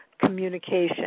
communication